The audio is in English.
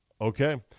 Okay